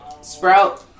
Sprout